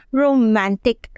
romantic